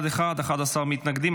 אחת, 11 מתנגדים.